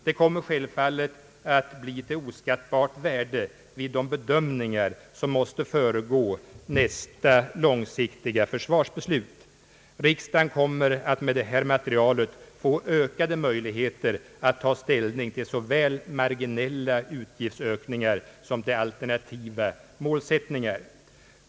Det kommer självfallet att bli till oskattbart värde vid de bedömningar som måste föregå nästa långsiktiga försvarsbeslut. Riksdagen kommer med det här materialet att få ökade möjligheter att ta ställning till såväl marginella utgiftsökningar som alternativa målsättningar.